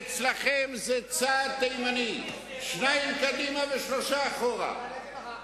אצלכם זה צעד תימני, שניים קדימה ושלושה אחורה.